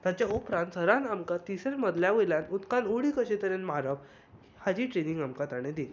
ताचे उपरांत सरान आमकां तिसऱ्या मजल्या वयल्यान उदकांत उडी कशें तरेन मारप हाजी ट्रेनींग आमकां तांणें दिली